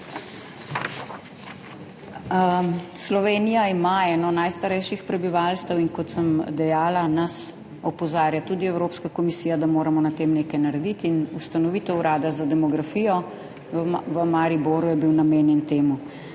Slovenija ima eno najstarejših prebivalstev, in kot sem dejala, nas opozarja tudi Evropska komisija, da moramo na tem nekaj narediti, in ustanovitev Urada za demografijo v Mariboru je bila namenjena temu.